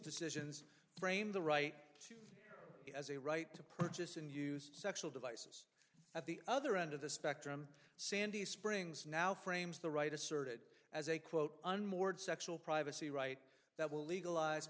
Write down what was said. decisions framed the right to as a right to purchase and use sexual devices at the other end of the spectrum sandy springs now frames the right asserted as a quote unmoored sexual privacy right that will legalize